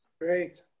Great